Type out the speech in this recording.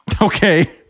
Okay